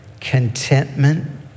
contentment